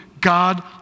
God